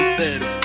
better